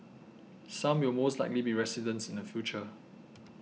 some will most likely be residents in the future